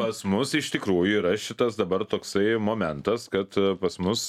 pas mus iš tikrųjų yra šitas dabar toksai momentas kad pas mus